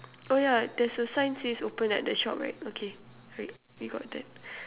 oh yeah there's a sign says open at the shop right okay great we got that